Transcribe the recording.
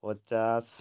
ପଚାଶ